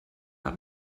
hat